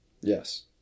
Yes